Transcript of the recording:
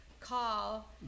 call